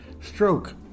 stroke